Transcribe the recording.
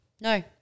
no